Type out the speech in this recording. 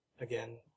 again